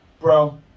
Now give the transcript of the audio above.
Bro